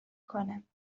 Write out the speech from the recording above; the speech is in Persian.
کند